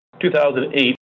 2008